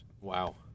Wow